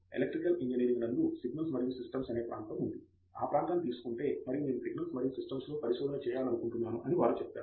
electrical engineering నందు signals మరియు systems అనే ప్రాంతం ఉంది ఆ ప్రాంతాన్ని తీసుకుంటే మరియు నేను సిగ్నల్స్ మరియు సిస్టమ్స్లో పరిశోధన చేయాలనుకుంటున్నాను అని వారు చెబుతారు